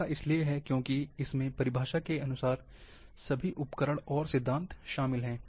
ऐसा इसलिए है क्योंकि इसमें परिभाषा के अनुसार सभी उपकरण और सिद्धांत शामिल हैं